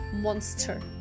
monster